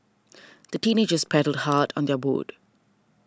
the teenagers paddled hard on their boat